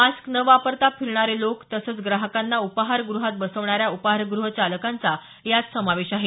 mask न वापरता फिरणारे लोक तसंच ग्राहकांना उपाहारगृहात बसवणाऱ्या उपहारगृह चालकांचा यात समावेश आहे